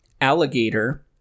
Alligator